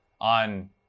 on